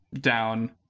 down